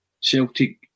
Celtic